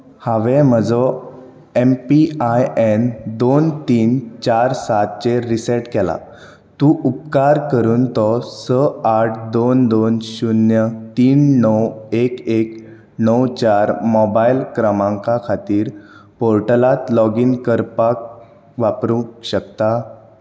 हांवें म्हजो M P I N दोन तीन चार सातचेर रीसेट केला तूं उपकार करून तो स आठ दोन दोन शून्य तीन णव एक एक णव चार मोबायल क्रमांका खातीर पोर्टलांत लॉगीन करपाक वापरूंक शकता